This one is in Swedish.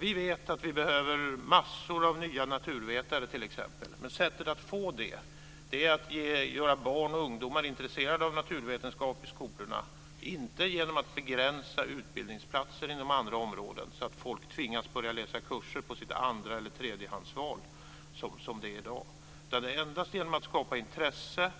Vi vet att vi t.ex. behöver massor av nya naturvetare. Men sättet att få det är att göra barn och ungdomar intresserade av naturvetenskap i skolorna, inte genom att begränsa utbildningsplatser inom andra områden, så att folk tvingas börja läsa kurser på sitt andra eller tredjehandsval, som det är i dag. Det är endast genom att skapa intresse